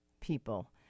people